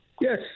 Yes